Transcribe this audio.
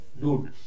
Dude